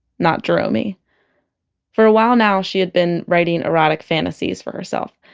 not jeromey for a while now, she'd been writing erotica fantasies for herself,